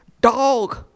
Dog